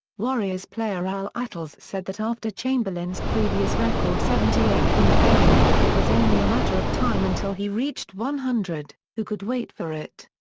warriors player al attles said that after chamberlain's previous record seventy eight point game, it was only a matter of time until he reached one hundred, you could wait for it.